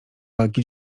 walki